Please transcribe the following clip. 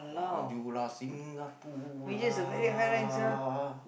majulah Singapura